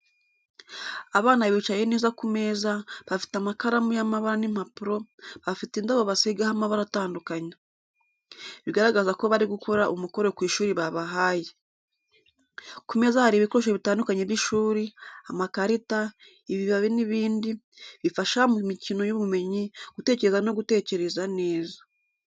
Abana bicaye neza ku meza, bafite amakaramu y'amabara n’impapuro, bafite indabo basigaho amabara atandukanye. Bigaragaza ko bari gukora umukoro kw'ishuri babahaye. Ku meza hari ibikoresho bitandukanye by’ishuri: amakarita, ibibabi n’ibindi, bifasha mu mikino y’ubumenyi, gutekereza no gutekereza neza.